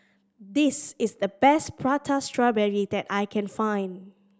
this is the best Prata Strawberry that I can find